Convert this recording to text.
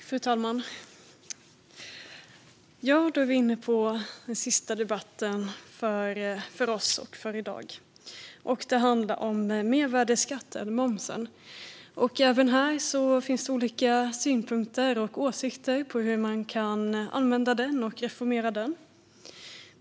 Fru talman! Då är vi inne på den sista debatten för oss i dag. Den handlar om mervärdesskatten, momsen. Även den finns det olika åsikter om och synpunkter på hur man kan använda och reformera.